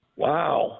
Wow